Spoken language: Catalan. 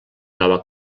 nova